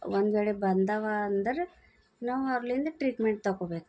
ಒಂದು ವೇಳೆ ಬಂದಿವೆ ಅಂದರೆ ನಾವು ಅವ್ರಿಂದ ಟ್ರೀಟ್ಮೆಂಟ್ ತಗೋಬೇಕು